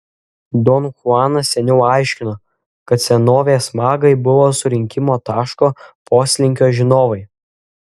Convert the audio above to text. don chuanas seniau aiškino kad senovės magai buvo surinkimo taško poslinkio žinovai